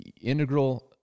integral